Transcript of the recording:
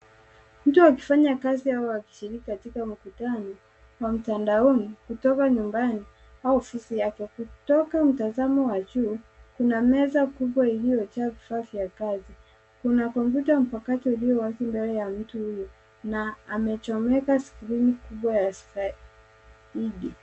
Mtu akifanya kazi au akishiriki katika mkutano wa mtandaoni kutoka nyumbani au ofisi yake. Kutoka mtazamo wa juu, kuna meza kubwa iliyojaa vifaa vya kazi. Kuna kompyuta mpakato iliyo wazi mbele ya mtu huyo na amechomeka sehemu kubwa zaidi.